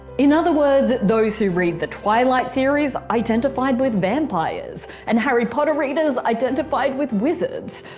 in other words, those who read the twilight series identified with vampires and harry potter readers identified with wizards.